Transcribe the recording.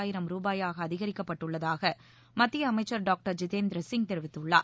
ஆயிரம் ரூபாயாக அதிகரிக்கப்பட்டுள்ளதாக மத்திய அமைச்சர் டாக்டர் ஜிதேந்திர சிங் தெரிவித்துள்ளார்